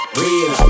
real